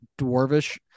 Dwarvish